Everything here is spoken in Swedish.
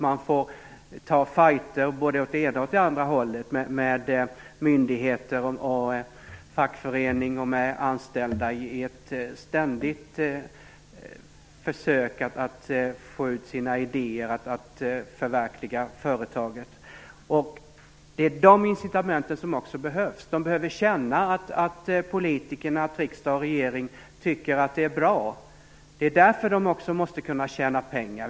Man får ta fighter både åt det ena och det andra hållet - med myndigheter och fackförening och med anställda - i ständiga försök att få ut sina idéer och förverkliga företaget. Det är de incitamenten som också behövs. Företagarna behöver känna att politikerna i riksdag och regering tycker att det de gör är bra. Det är därför de också måste kunna tjäna pengar.